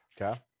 Okay